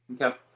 Okay